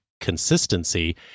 consistency